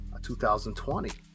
2020